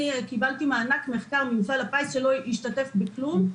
קיבלתי מענק מחקר ממפעל הפיס שלא השתתף בכלום.